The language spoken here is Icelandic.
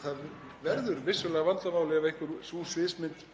Það verður vissulega vandamál ef einhver sú sviðsmynd